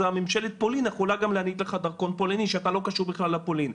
ממשלת פולין יכולה להעניק לך דרכון פולני כשאתה לא קשור בכלל לפולין.